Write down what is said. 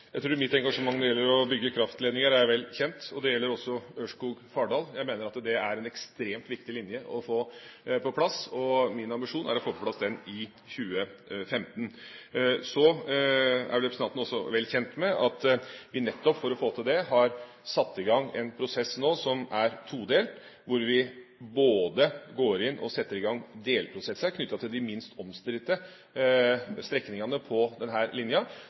Jeg tror mitt engasjement når det gjelder å bygge kraftledninger, er vel kjent. Det gjelder også Ørskog–Fardal. Jeg mener at det er en ekstremt viktig linje å få på plass, og min ambisjon er å få den på plass i 2015. Så er vel representanten også vel kjent med at vi nettopp for å få til det har satt i gang en prosess nå som er todelt: Vi går inn og setter i gang delprosesser knyttet til de minst omstridte strekningene på denne linja,